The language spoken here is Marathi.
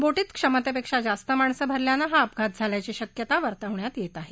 बोटीत क्षमतेपेक्षा जास्त माणसं भरल्यानं हा अपघात झाल्याची शक्यता वर्तवण्यात येत आहे